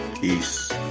Peace